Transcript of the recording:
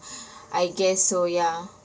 I guess so ya